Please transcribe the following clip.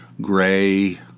gray